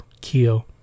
Keo